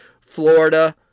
Florida